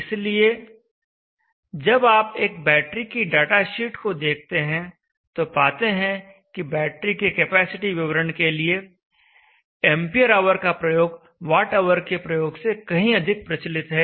इसलिए जब आप एक बैटरी की डाटा शीट को देखते हैं तो पाते हैं कि बैटरी के कैपेसिटी विवरण के लिए Ah का प्रयोग WH के प्रयोग से कहीं अधिक प्रचलित है